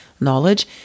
knowledge